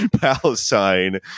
Palestine